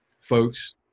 folks